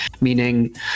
meaning